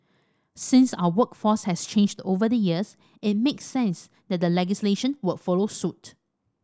since our workforce has changed over the years it makes sense that legislation would follow suit